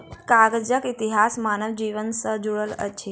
कागजक इतिहास मानव जीवन सॅ जुड़ल अछि